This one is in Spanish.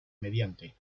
mediante